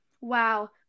Wow